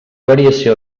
variació